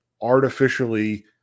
artificially